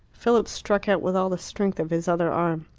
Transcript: philip struck out with all the strength of his other arm.